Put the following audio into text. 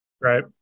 right